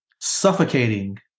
suffocating